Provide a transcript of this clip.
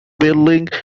building